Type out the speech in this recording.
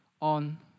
on